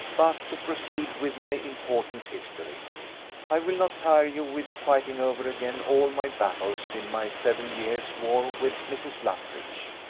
but to proceed with my important history i will not tire you with fighting over again all my battles in my seven years' war with mrs. luttridge.